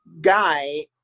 guy